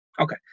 Okay